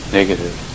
negative